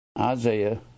Isaiah